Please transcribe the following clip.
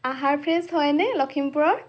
আহাৰ ফ্ৰেছ হয়নে লক্ষীমপুৰৰ